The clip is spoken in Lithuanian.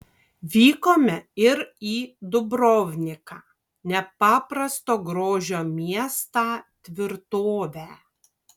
vykome ir į dubrovniką nepaprasto grožio miestą tvirtovę